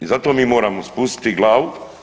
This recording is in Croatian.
I zato mi moramo spustiti glavu.